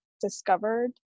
discovered